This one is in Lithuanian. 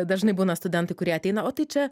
dažnai būna studentai kurie ateina o tai čia